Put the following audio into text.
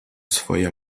swoje